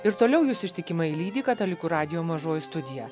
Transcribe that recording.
ir toliau jus ištikimai lydi katalikų radijo mažoji studija